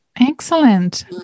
Excellent